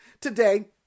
today